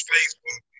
Facebook